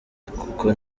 kuko